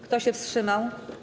Kto się wstrzymał?